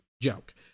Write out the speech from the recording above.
Joke